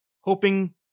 hoping